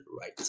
right